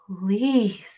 please